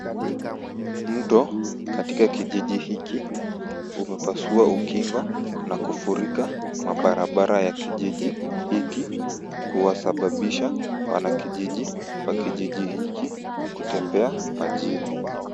Mto katika kijiji hiki umepasua ukingo na kufurika mabarabara ya kijiji hiki, kuwasababisha wanakijiji wa kijiji hiki kutembea majini.